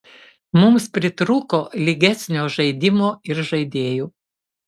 mums pritrūko lygesnio žaidimo ir žaidėjų